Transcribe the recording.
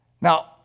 Now